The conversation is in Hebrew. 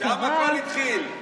שם הכול התחיל.